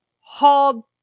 hauled